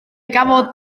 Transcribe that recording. gafodd